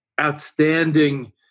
Outstanding